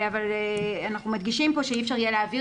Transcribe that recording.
אנחנו מדגישים כאן שאי אפשר יהיה להעביר